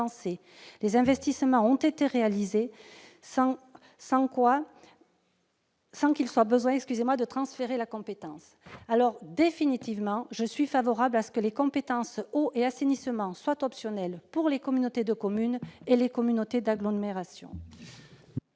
les investissements ont été réalisés sans qu'il soit besoin de transférer la compétence. C'est pourquoi je suis définitivement favorable à ce que les compétences « eau » et « assainissement » soient optionnelles pour les communautés de communes et les communautés d'agglomération.